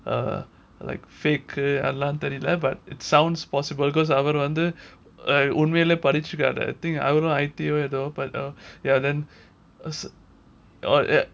uh like fake எல்லாம் தெரில:ellam therila but it sounds possible because அவரு வந்து:avaru vandhu I think I_T என்னமோ:ennamo but uh ya then uh s~ err ya